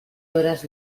horas